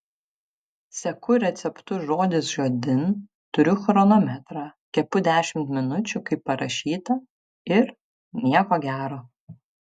seku receptu žodis žodin turiu chronometrą kepu dešimt minučių kaip parašyta ir nieko gero